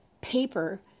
paper